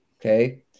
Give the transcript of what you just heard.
okay